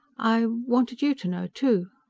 i. wanted you to know, too.